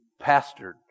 pastored